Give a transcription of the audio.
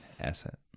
asset